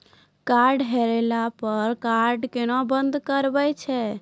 Card हेरैला पर card केना बंद करबै छै?